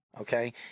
okay